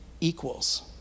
equals